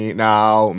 now